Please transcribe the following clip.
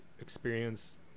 experience